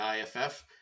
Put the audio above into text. IFF